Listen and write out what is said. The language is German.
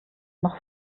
noch